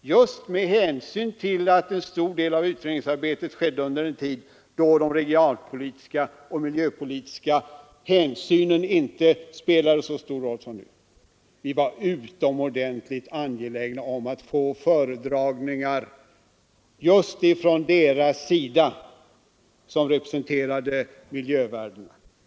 just med hänsyn till att en stor del av utredningsarbetet skedde under en tid då de regionalpolitiska och miljöpolitiska hänsynen inte spelade så stor roll som nu var vi utomordentligt angelägna om att få föredragningar just av dem som representerade miljövärdena.